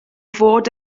fod